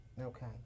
Okay